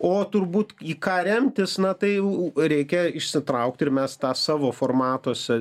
o turbūt į ką remtis na tai reikia išsitraukti ir mes tą savo formatuose